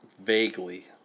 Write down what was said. vaguely